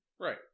right